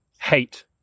hate